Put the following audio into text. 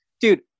dude